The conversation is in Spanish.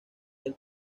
del